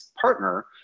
partner